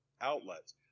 outlets